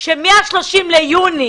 שמ-30 ביוני